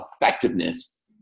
effectiveness